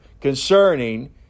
concerning